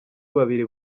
babiri